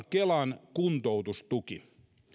kelan kuntoutustuki